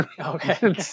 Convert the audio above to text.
Okay